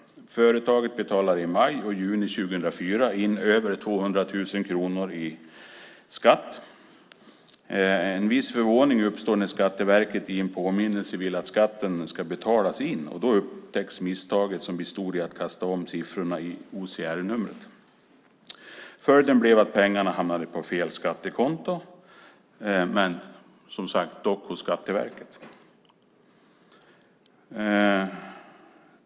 Företaget betalade i maj och juni 2004 in över 200 000 kronor i skatt. En viss förvåning uppstod när Skatteverket i en påminnelse ville att skatten skulle betalas in, och då upptäcktes misstaget, som bestod i att man hade kastat om siffrorna i OCR-numret. Följden hade blivit att pengarna hade hamnat på fel skattekonto men dock hos Skatteverket.